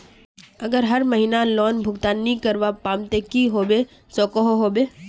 अगर हर महीना लोन भुगतान नी करवा पाम ते की होबे सकोहो होबे?